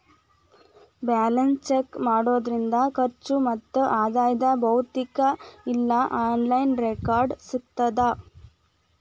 balance check ಮಾಡೋದ್ರಿಂದ ಖರ್ಚು ಮತ್ತ ಆದಾಯದ್ ಭೌತಿಕ ಇಲ್ಲಾ ಆನ್ಲೈನ್ ರೆಕಾರ್ಡ್ಸ್ ಸಿಗತ್ತಾ